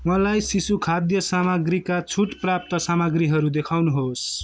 मलाई शिशुखाद्य सामाग्रीका छुट प्राप्त सामाग्रीहरू देखाउनुहोस्